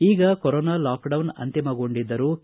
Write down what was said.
ಈಗ corona lockdown ಅಂತಿಮಗೊಂಡಿದ್ದರೂ K